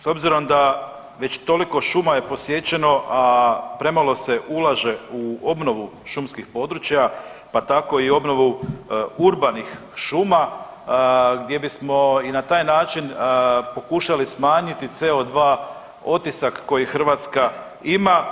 S obzirom da već toliko šuma je posjećeno, a premalo se ulaže u obnovu šumskih područja pa tako i obnovu urbanih šuma gdje bismo i na taj način pokušali smanjiti CO2 otisak koji Hrvatska ima.